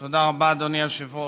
תודה רבה, אדוני היושב-ראש.